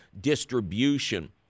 distribution